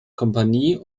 kompanie